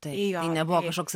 tai nebuvo kažkoks